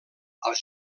als